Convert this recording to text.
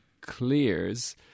clears